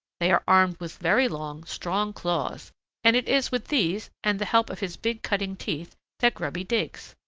they are armed with very long, strong claws and it is with these and the help of his big cutting teeth that grubby digs.